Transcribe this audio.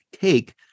take